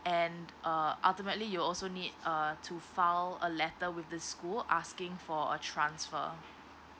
and uh ultimately you also need uh to file a letter with the school asking for a transfer